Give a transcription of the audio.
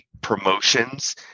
promotions